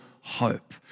hope